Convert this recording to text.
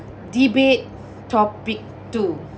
debate topic two